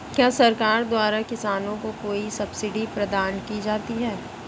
क्या सरकार द्वारा किसानों को कोई सब्सिडी प्रदान की जाती है?